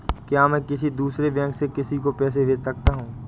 क्या मैं किसी दूसरे बैंक से किसी को पैसे भेज सकता हूँ?